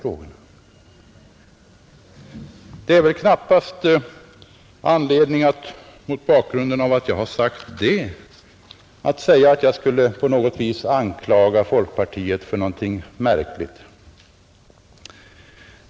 Det finns väl knappast anledning att mot bakgrunden av att jag har sagt detta påstå att jag på något vis skulle anklaga folkpartiet för Nr 85 någonting märkligt.